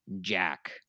Jack